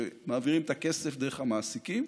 שלפיו מעבירים את הכסף דרך המעסיקים,